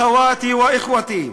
אח'וואתי ואח'וותי,